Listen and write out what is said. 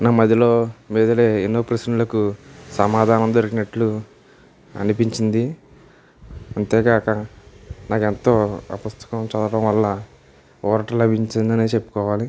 నా మదిలో మెదిలే ఎన్నో ప్రశ్నలకు సమాధానం దొరికినట్లు అనిపించింది అంతేకాక నాకు ఎంతో ఆ పుస్తకం చదవటం వల్ల ఊరట లభించిందనే చెప్పుకోవాలి